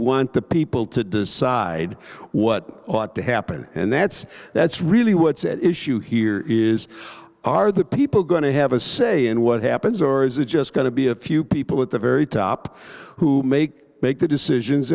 want the people to decide what ought to happen and that's that's really what's at issue here is are the people going to have a say in what happens or is it just going to be a few people at the very top who make make the decisions